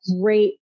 great